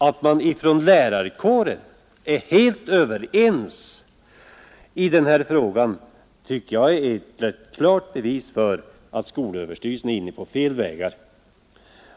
Att man från lärarkåren är helt överens i denna fråga tycker jag är ett rätt klart bevis för att skolöverstyrelsen är inne på fel vägar.